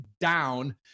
down